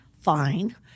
fine